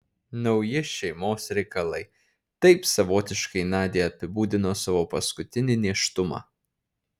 nauji šeimos reikalai taip savotiškai nadia apibūdino savo paskutinį nėštumą